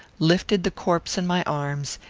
lifted the corpse in my arms,